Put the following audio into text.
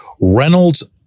Reynolds-